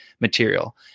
material